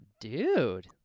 Dude